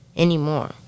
Anymore